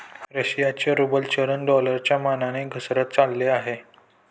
रशियाचे रूबल चलन डॉलरच्या मानाने घसरत चालले आहे